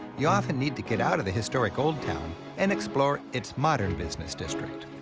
you often need to get out of the historic old town and explore its modern business district.